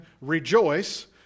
rejoice